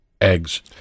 eggs